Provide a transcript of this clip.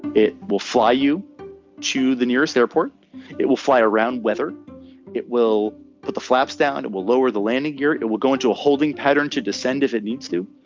it will fly you to the nearest airport it will fly around whether it will put the flaps down. it will lower the landing gear it it will go into a holding pattern to descend if it needs to.